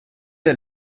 der